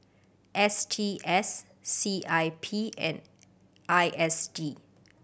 S T S C I P and I S D